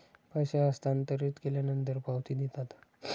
पैसे हस्तांतरित केल्यानंतर पावती देतात